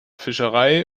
fischerei